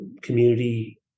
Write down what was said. community